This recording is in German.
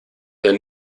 dann